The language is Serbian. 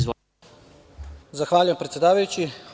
Zahvaljujem, predsedavajući.